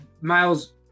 Miles